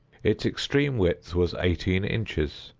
its extreme width was eighteen inches.